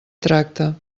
tracta